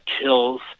kills